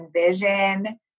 envision